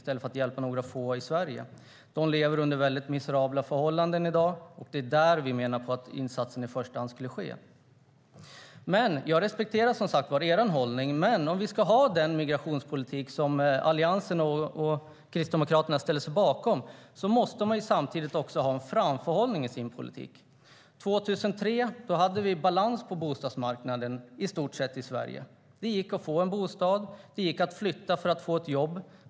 Flyktingarna lever under miserabla förhållanden, och vi menar att insatsen i första hand ska ske där. Jag respekterar som sagt er hållning, Caroline Szyber, men om vi ska ha den migrationspolitik som Alliansen och Kristdemokraterna ställer sig bakom måste vi också ha framförhållning i politiken. År 2003 hade vi i stort sett balans på bostadsmarknaden i Sverige. Det gick att få en bostad. Det gick att flytta för att få ett jobb.